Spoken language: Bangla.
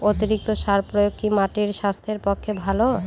অতিরিক্ত সার প্রয়োগ কি মাটির স্বাস্থ্যের পক্ষে ভালো?